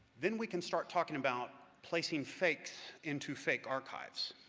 then we can start talking about placing fakes into fake archives.